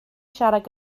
siarad